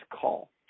call